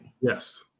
Yes